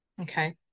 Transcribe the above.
Okay